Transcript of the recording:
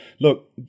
look